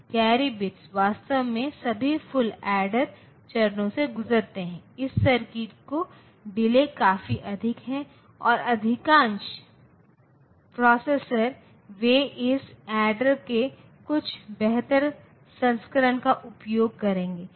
यह बात 4 x के बराबर 3 y कैसे हो सकती है अब उसी समय में हमारे पास एक चीज हो सकती है जैसे कि यह x 3 y बटे 4 से बड़ा या बराबर होना चाहिए